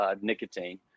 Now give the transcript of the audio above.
nicotine